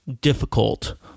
difficult